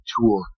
tour